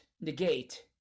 negate